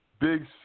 big